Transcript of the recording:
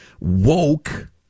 woke